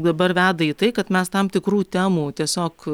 dabar veda į tai kad mes tam tikrų temų tiesiog